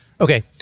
Okay